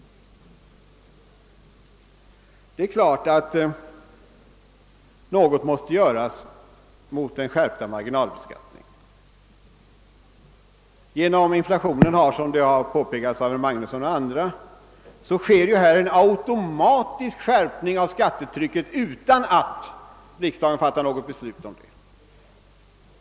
Det är klart att något måste göras beträffande den skärpta marginalbeskattningen. Genom inflationen sker, som herr Magnusson och andra påpekat, en automatisk skärpning av skattetrycket, utan att riksdagen fattar något be slut härom.